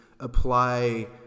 apply